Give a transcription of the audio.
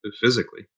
physically